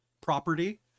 property